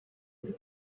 اتفاق